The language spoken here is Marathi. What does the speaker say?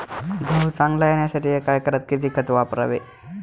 गहू चांगला येण्यासाठी एका एकरात किती खत वापरावे?